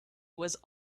was